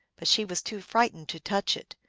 but she was too fright ened to touch it.